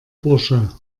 bursche